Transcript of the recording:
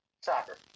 Soccer